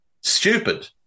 Stupid